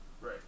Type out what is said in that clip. right